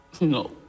No